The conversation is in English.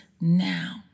now